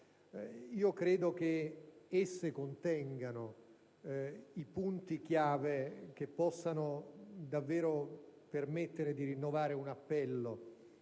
credo che esse contengano i punti chiave che possono permettere davvero di rinnovare un appello